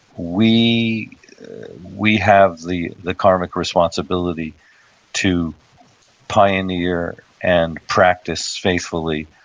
we we have the the karmic responsibility to pioneer and practice faithfully,